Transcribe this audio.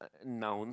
nouns